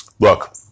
Look